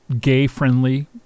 gay-friendly